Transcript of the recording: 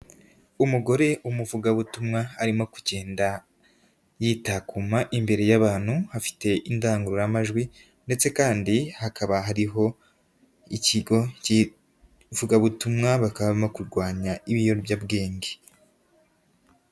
Umugore w'umuvugabutumwa arimo kugenda, yitakuma imbere y'abantu afite indangururamajwi, ndetse kandi hakaba hariho, ikigo k'ivugabutumwa bakaba barimo kurwanya ibiyobyabwenge.